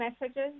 messages